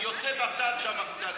יוצא מהצד שם קצת.